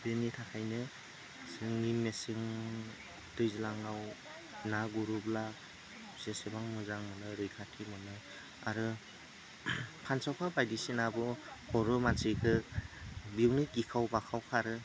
बिनि थाखायनो जोंनि मेसेंनि दैज्लाङाव ना गुरोब्ला जेसेबां मोजां मोनो रैखाथि मोनो आरो फानस'खा बायदिसिनाबो बर' मानसिखो बेवनो गिखाव बाखाव खारो